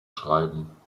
schreiben